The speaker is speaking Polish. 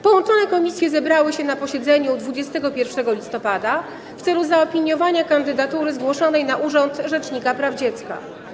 Połączone komisje zebrały się na posiedzeniu 21 listopada w celu zaopiniowania kandydatury zgłoszonej na urząd rzecznika praw dziecka.